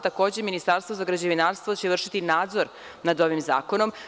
Takođe, Ministarstvo za građevinarstvo će vršiti nadzor nad ovim zakonom.